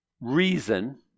reason